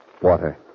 Water